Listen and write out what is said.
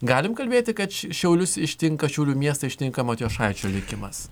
galim kalbėti kad šiaulius ištinka šiaulių miestą ištinka matjošaičio likimas